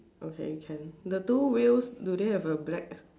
okay can the two wheels do they have a black